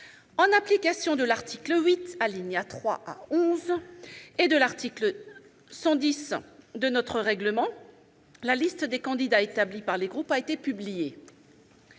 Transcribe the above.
En application de l'article 8, alinéas 3 à 11, et de l'article 110 de notre règlement, la liste des candidats établie par les groupes a été publiée.